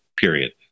period